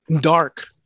Dark